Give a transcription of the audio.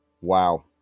Wow